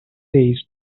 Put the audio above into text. days